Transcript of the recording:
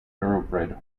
thoroughbred